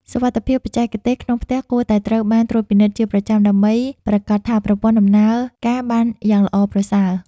សុវត្ថិភាពបច្ចេកទេសក្នុងផ្ទះគួរតែត្រូវបានត្រួតពិនិត្យជាប្រចាំ ដើម្បីប្រាកដថាប្រព័ន្ធដំណើរការបានយ៉ាងល្អប្រសើរ។